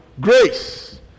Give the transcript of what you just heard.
grace